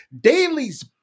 Daly's